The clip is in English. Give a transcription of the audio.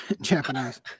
Japanese